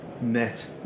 net